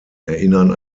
erinnern